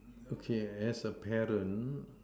okay as a parent